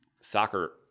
Soccer